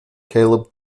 caleb